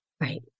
Right